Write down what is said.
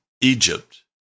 Egypt